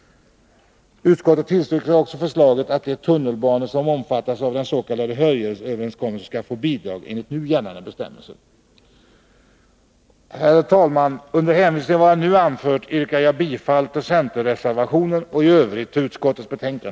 Utskottet tillstyrker också förslaget att de tunnelbanor som omfattas av den s.k. Hörjelöverenskommelsen skall få bidrag enligt nu gällande bestämmelser.” Herr talman! Under hänvisning till vad jag nu anfört yrkar jag bifall till centerreservationen och i övrigt till utskottets hemställan.